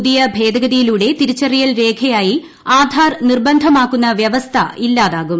പുതിയ ഭേദഗതിയിലൂടെ തിരിച്ചുറിയൽ രേഖയായി ആധാർ നിർബന്ധമാക്കുന്ന വ്യവസ്ഥ ഇല്ലാതാകും